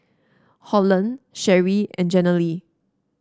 Holland Sherrie and Jenilee